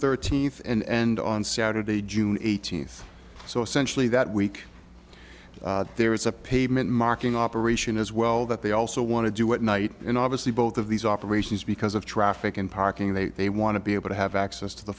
thirteenth and on saturday june eighteenth so essentially that week there is a pavement marking operation as well that they also want to do at night and obviously both of these operations because of traffic and parking they they want to be able to have access to the